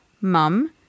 mum